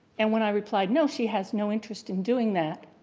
and when i replied, no, she has no interest in doing that.